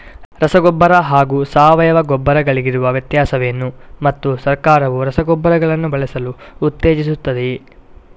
ರಸಗೊಬ್ಬರ ಹಾಗೂ ಸಾವಯವ ಗೊಬ್ಬರ ಗಳಿಗಿರುವ ವ್ಯತ್ಯಾಸವೇನು ಮತ್ತು ಸರ್ಕಾರವು ರಸಗೊಬ್ಬರಗಳನ್ನು ಬಳಸಲು ಉತ್ತೇಜಿಸುತ್ತೆವೆಯೇ?